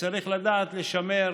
וצריך לדעת לשמר.